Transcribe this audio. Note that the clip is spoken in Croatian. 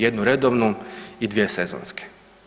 Jednu redovnu i dvije sezonske.